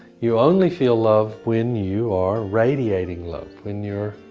you only feel love when you are radiating love, when you are